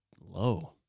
low